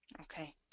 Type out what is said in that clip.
Okay